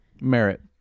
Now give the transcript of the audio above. Merit